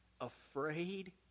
Afraid